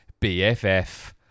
BFF